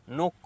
no